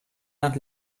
nach